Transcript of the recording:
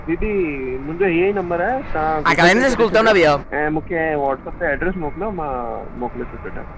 दीदी मुंहिंजो हीअं ई नंबर आहे तव्हां गूगल पे करे छॾियो ऐं मूंखे ऐं व्हाटसप ते एड्रेस मोकिलियो मां मोकिले थो छॾियां